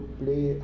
play